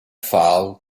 foul